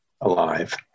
alive